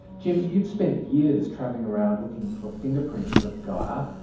jim, you've spent years travelling around looking for fingerprints of gaia.